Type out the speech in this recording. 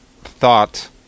thought